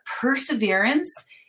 perseverance